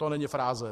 To není fráze.